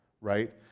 right